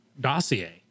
dossier